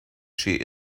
she